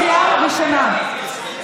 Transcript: קריאה ראשונה.